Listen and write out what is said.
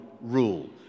rule